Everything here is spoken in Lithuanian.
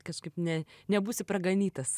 kažkaip ne nebūsi praganytas